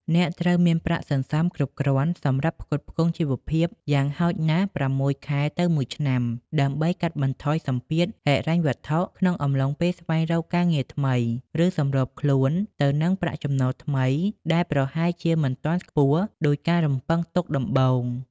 អ្នកត្រូវមានប្រាក់សន្សំគ្រប់គ្រាន់សម្រាប់ផ្គត់ផ្គង់ជីវភាពយ៉ាងហោចណាស់ ៦ ខែទៅ ១ ឆ្នាំ ដើម្បីកាត់បន្ថយសម្ពាធហិរញ្ញវត្ថុក្នុងអំឡុងពេលស្វែងរកការងារថ្មី ឬសម្របខ្លួនទៅនឹងប្រាក់ចំណូលថ្មីដែលប្រហែលជាមិនទាន់ខ្ពស់ដូចការរំពឹងទុកដំបូង។